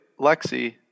Lexi